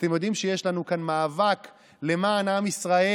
אתם יודעים שיש לנו כאן מאבק למען עם ישראל,